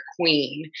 queen